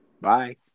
Bye